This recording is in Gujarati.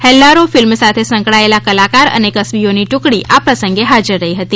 હેલ્લારો ફિલ્મ સાથે સંકળાયેલા કલાકાર અને કસબીઓની ટુકડી આ પ્રસંગે હાજર હતી